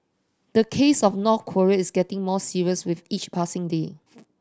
the case of North Korea is getting more serious with each passing day